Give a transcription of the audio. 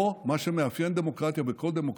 פה, מה שמאפיין דמוקרטיה, כל דמוקרטיה,